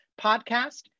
podcast